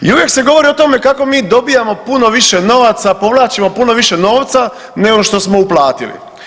I uvijek se govori o tome kako mi dobivamo puno više novaca, povlačimo puno više novca nego što smo uplatili.